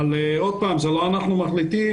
אבל את זה לא אנחנו מחליטים.